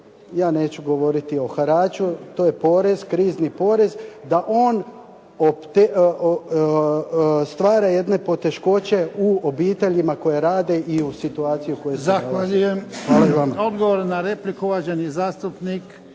ja neću govoriti o haraču, to je porez, krizni porez, da on stvara jedne poteškoće u obiteljima koje radi i u situaciji u kojoj se nalaze.